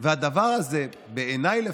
הציבור הערבי.